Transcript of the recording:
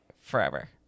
forever